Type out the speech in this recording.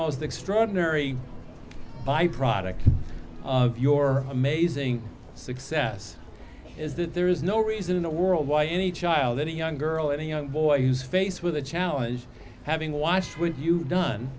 most extraordinary by product of your amazing success is that there is no reason in the world why any child any young girl any young boy who's faced with a challenge having watched when you done